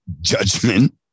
judgment